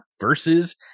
versus